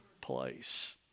place